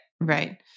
Right